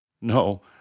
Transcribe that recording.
No